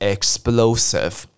Explosive